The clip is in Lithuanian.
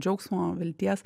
džiaugsmo vilties